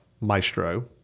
Maestro